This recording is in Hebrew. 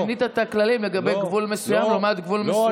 כי שינית את הכללים לגבי גבול מסוים לעומת גבול מסוים.